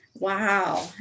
Wow